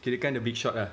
kirakan the big shot ah